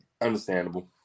understandable